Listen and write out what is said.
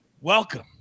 Welcome